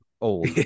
Old